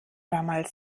damals